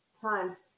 times